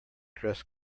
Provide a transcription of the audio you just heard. dress